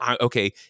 okay